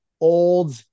old